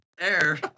air